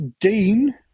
dean